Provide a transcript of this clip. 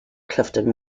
clifton